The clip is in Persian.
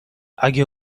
اگه